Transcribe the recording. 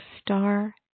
star